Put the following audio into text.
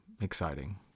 exciting